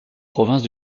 provinces